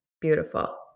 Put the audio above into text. Beautiful